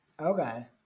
Okay